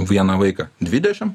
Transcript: vieną vaiką dvidešim